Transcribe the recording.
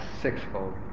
sixfold